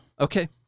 Okay